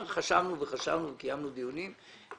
ישראל יש פיקוח על הבנקים.